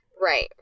right